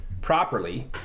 properly